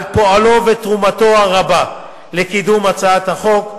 על פועלו ותרומתו הרבה לקידום הצעת החוק,